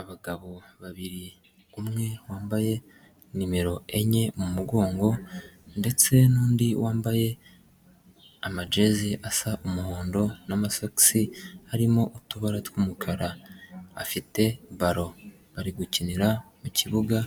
Abagabo babiri umwe wambaye numero enye mu mugongo, ndetse n'undi wambaye amajezi asa umuhondo n'amasogisi harimo utubara tw'umukara. Afite baro bari gukinira mu kibuga